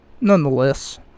Nonetheless